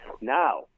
Now